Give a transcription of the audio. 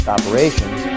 operations